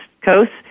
coast